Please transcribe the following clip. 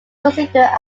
considered